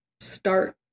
start